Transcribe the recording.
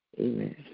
Amen